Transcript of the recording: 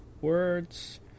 words